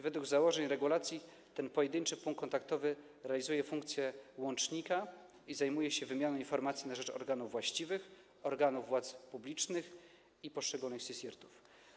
Według założeń regulacji pojedynczy punkt kontaktowy realizuje funkcję łącznika i zajmuje się wymianą informacji na rzecz organów właściwych, organów władz publicznych i poszczególnych CSIRT-ów.